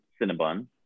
Cinnabon